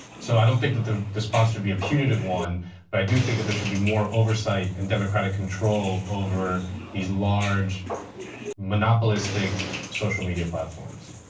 so i don't think that the response should be a punitive one but i think there should be more oversight and democratic control over these large monopolistic social media platforms.